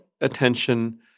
attention